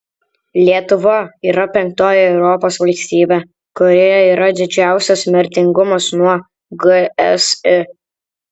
lietuva yra penktoji europos valstybė kurioje yra didžiausias mirtingumas nuo gsi